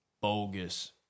bogus